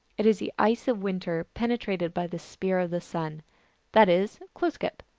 it is the ice of winter penetrated by the spear of the sun that is, glooskap.